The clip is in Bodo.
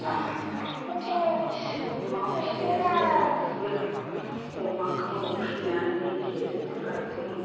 मानैसो अमा फिसियो जों आरो अमाखौ फिसिनानै देरोबोला जों